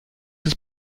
des